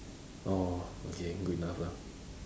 oh okay good enough lah